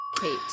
Kate